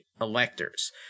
electors